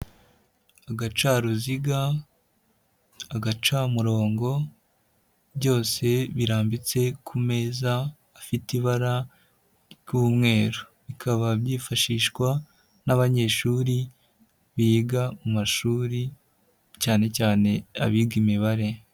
Agacaruziga, agacamurongo, byose birambitse ku meza afite ibara ry'umweru. Bikaba byifashishwa n'abanyeshuri biga mu mashuri cyane cyane abiga imibare.